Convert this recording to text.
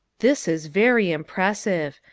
this is very impressive.